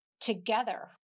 together